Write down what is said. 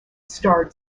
starred